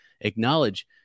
acknowledge